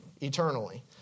eternally